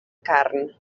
carn